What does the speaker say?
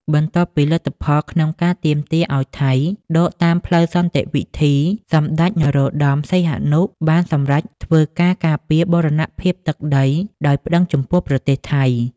បន្ទាប់ពីលទ្ធផលក្នុងការទាមទារឱ្យថៃដកតាមផ្លូវសន្ដិវិធី សម្ដេច នរោត្តម សីហនុ បានសម្រេចធ្វើការការពារបូរណភាពទឹកដីដោយប្ដឹងចំពោះប្រទេសថៃ។